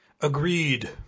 Agreed